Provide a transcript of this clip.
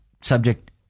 subject